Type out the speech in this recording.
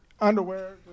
underwear